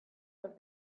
have